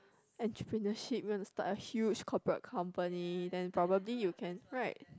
entrepreneurship you want to start a huge corporate company then probably you can right